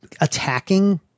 attacking